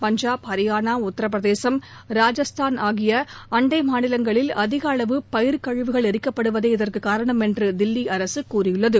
பஞ்சாப் ஹரியானா உத்தரப் பிரதேசம் ராஜஸ்தான் ஆகிய அண்டை மாநிலங்களில் அதிக அளவு பயிர்க் கழிவுகள் எரிக்கப்படுவதே இதற்கு காரணம் என்று தில்லி அரசு கூறியுள்ளது